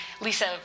Lisa